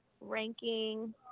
ranking